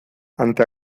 ante